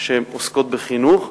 שעוסקים בחינוך,